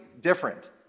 different